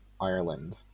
Ireland